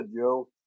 Joe